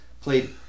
played